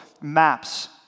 maps